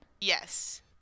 Yes